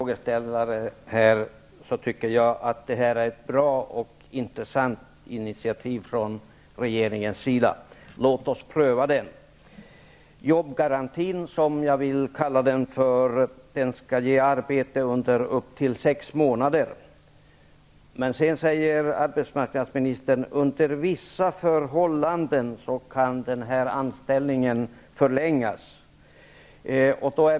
Herr talman! I motsats till tidigare frågeställare tycker jag att det här är ett bra och intressant initiativ från regeringens sida. Låt oss pröva det! Jobbgarantin, som jag vill kalla den, skall ge arbete under upp till sex månader. Arbetsmarknadsministern säger sedan att anställningen ''under vissa förhållanden'' kan förlängas.